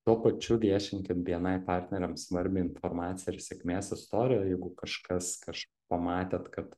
tuo pačiu viešinkit bni partneriams svarbią informaciją ir sėkmės istoriją jeigu kažkas kaž pamatėt kad